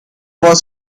was